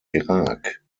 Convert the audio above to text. irak